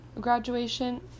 graduation